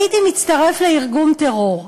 הייתי מצטרף לארגון טרור.